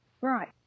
Right